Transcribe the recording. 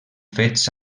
fets